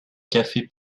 café